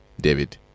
David